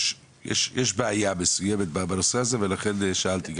יש בעיה מסוימת בנושא הזה ולכן שאלתי,